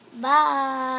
bye